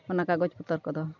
ᱚᱱᱟ ᱠᱟᱜᱚᱡᱽ ᱯᱚᱛᱨᱚ ᱠᱚᱫᱚ